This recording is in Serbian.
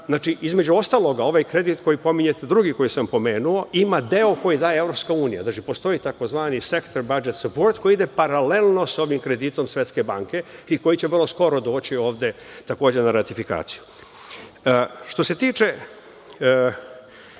banka. Između ostalog, ovaj kredit koji pominjete, drugi koji sam pomenuo, ima deo koji daje EU. Postoji tzv. „sektor badžet suport“ koji ide paralelno sa ovim kreditom Svetske banke i koji će vrlo skoro doći ovde takođe na ratifikaciju. Što se tiče